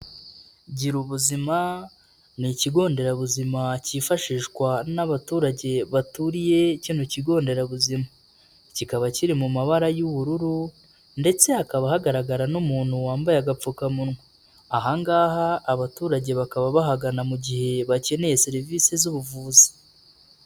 Gira ubuzima ni ikigo nderabuzima kifashishwa n'abaturage baturiye kino kigo nderabuzima, kikaba kiri mu mabara y'ubururu ndetse hakaba hagaragara n'umuntu wambaye agapfukamunwa, aha ngaha abaturage bakaba bahagana mu gihe bakeneye serivisi z'ubuvuzi.